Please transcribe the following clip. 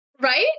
Right